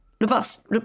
Robust